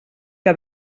que